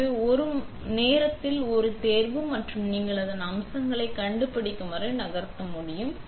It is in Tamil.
எனவே நீங்கள் ஒரு நேரத்தில் ஒரு தேர்வு மற்றும் நீங்கள் உங்கள் அம்சங்களை கண்டுபிடிக்க வரை நகர்த்த முடியும்